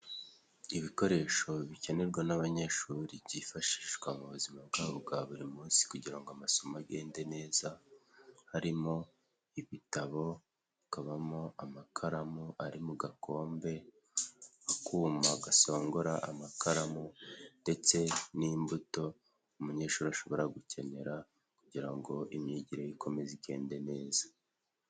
Ibikoresho bikenerwa n'abanyeshuri byifashishwa mu buzima bwabo bwa buri munsi kugira ngo amasomo agende neza. Harimo: ibitabo, hakabamo amakaramu ari mu gakombe, akuma gasongora amakaramu ndetse n'imbuto, umunyeshuri ashobora gukenera kugira ngo imyigire ye ikomeze igende neza.